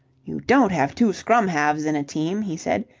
you don't have two scrum-halves in a team, he said,